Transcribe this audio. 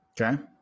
Okay